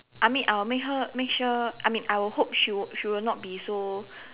I mean I will make her make sure I mean I will hope she will she will not be so